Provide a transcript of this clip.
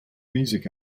music